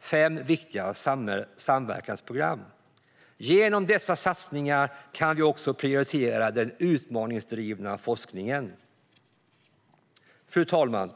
fem viktiga samverkansprogram. Genom dessa satsningar kan vi också prioritera den utmaningsdrivna forskningen. Fru talman!